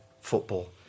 football